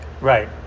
Right